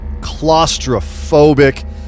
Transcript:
Claustrophobic